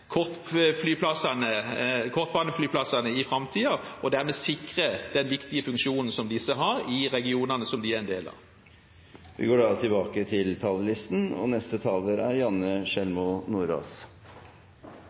kortbaneflyplassene i framtiden og dermed sikre den viktige funksjonen som disse har i regionene som de er en del av. Replikkordskiftet er over. For Senterpartiet er det å bygge landet viktigere enn skattelette til noen få. Satsing på samferdsel er